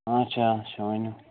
آچھا آچھا ؤنِو